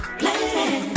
plan